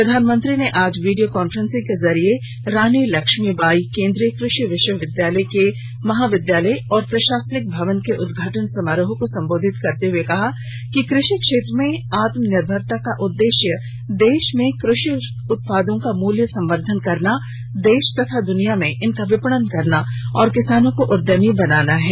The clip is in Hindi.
प्रधानमंत्री ने आज वीडियो कॉन्फ्रेंस को जरिये रानी लक्ष्मीसबाई केंद्रीय कृषि विश्वविद्यालय के महाविद्यालय और प्रशासनिक भवन के उद्घाटन समारोह को संबोधित करते हुए कहा कि कृषि क्षेत्र में आत्मनिर्भरता का उद्देश्य देश में कृषि उत्पादों का मूल्य संवर्धन करना देश तथा दुनिया में इनका विपणन करना और किसानों को उद्यमी बनाना है